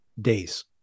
days